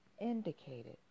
indicated